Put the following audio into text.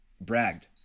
bragged